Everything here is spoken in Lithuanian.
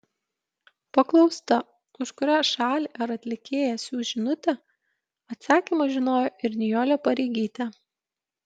paklausta už kurią šalį ar atlikėją siųs žinutę atsakymą žinojo ir nijolė pareigytė